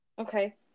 Okay